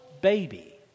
baby